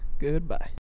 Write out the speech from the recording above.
Goodbye